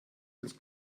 ins